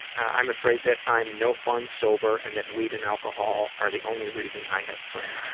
i'm afraid that i'm no fun sober and that weed and alcohol are the only reason i have friends.